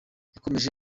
yakomeje